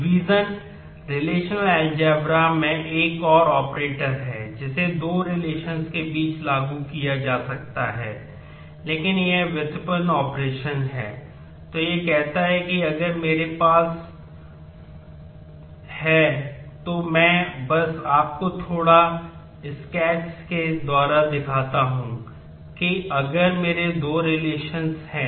division हैं